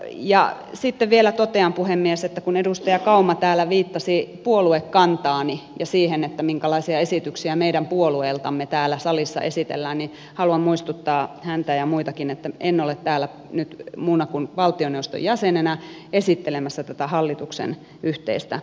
ja sitten vielä totean puhemies että kun edustaja kauma täällä viittasi puoluekantaani ja siihen että minkälaisia esityksiä meidän puolueeltamme täällä salissa esitellään niin haluan muistuttaa häntä ja muitakin että en ole täällä nyt muuna kuin valtioneuvoston jäsenenä esittelemässä tätä hallituksen yhteistä esitystä